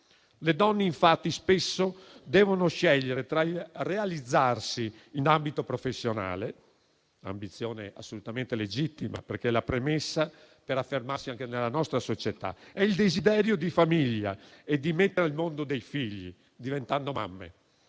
Le donne, infatti, spesso devono scegliere tra il realizzarsi in ambito professionale - ambizione assolutamente legittima, perché è la premessa per affermarsi anche nella nostra società - e il desiderio di famiglia e di mettere al mondo dei figli, diventando mamme.